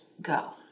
go